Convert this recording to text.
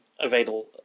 available